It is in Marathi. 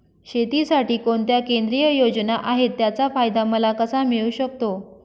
शेतीसाठी कोणत्या केंद्रिय योजना आहेत, त्याचा फायदा मला कसा मिळू शकतो?